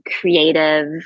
creative